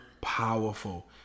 powerful